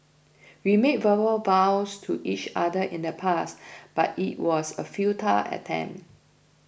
we made verbal vows to each other in the past but it was a futile attempt